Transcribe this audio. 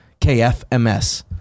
KFMS